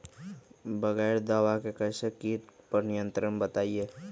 बगैर दवा के कैसे करें कीट पर नियंत्रण बताइए?